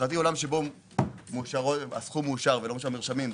מבחינתי עולם שבו הסכום מאושר ולא המרשמים,